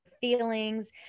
feelings